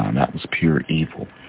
um that was pure evil.